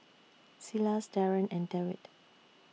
Silas Daren and Dewitt